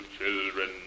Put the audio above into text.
children